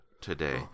today